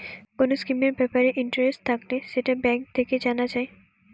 কোন স্কিমের ব্যাপারে ইন্টারেস্ট থাকলে সেটা ব্যাঙ্ক থেকে জানা যায়